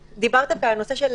דיברת כאן על הנושא של